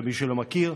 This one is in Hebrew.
למי שלא מכיר.